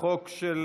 החוק של